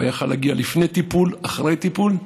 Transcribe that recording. הוא היה יכול להגיע לפני טיפול, אחרי טיפול,